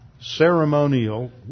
ceremonial